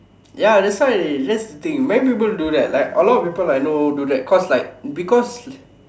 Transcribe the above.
ya that's dey that's the thing many people do that like a lot of people I know do that cause like because